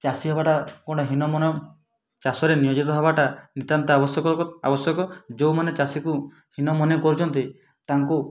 ଚାଷୀ ହବା ଟା କ'ଣ ହୀନ ମନ ଚାଷରେ ନିୟୋଜିତ ହେବା ଟା ନିତ୍ୟାନ୍ତ ଆବଶ୍ୟକ ଆବଶ୍ୟକ ଯେଉଁ ମାନେ ଚାଷୀକୁ ହୀନ ମନେ କରୁଛନ୍ତି ତାଙ୍କୁ